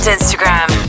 Instagram